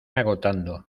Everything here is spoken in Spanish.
agotando